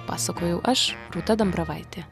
pasakojau aš rūta dambravaitė